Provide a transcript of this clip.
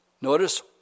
Notice